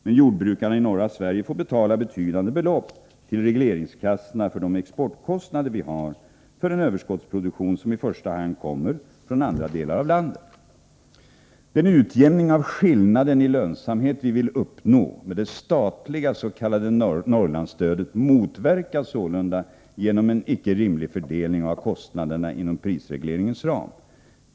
Men jordbrukarna i norra Sverige får betala betydande belopp till regleringskassorna för de exportkostnader vi har för en överskottsproduktion som i första hand kommer från andra delar av landet. Den utjämning av skillnaden i lönsamhet vi vill uppnå med det statliga s.k. Norrlandsstödet motverkas sålunda genom en icke rimlig fördelning av kostnaderna inom prisregleringens ram.